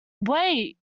wait